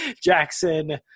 Jackson